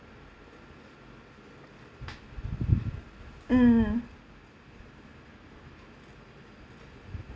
mm